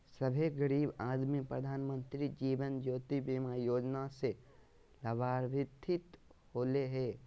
सभे गरीब आदमी प्रधानमंत्री जीवन ज्योति बीमा योजना से लाभान्वित होले हें